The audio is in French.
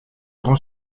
grand